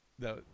No